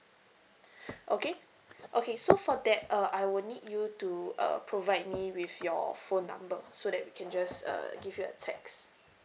okay okay so for that uh I will need you to uh provide me with your phone number so that we can just uh give you a text